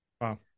Wow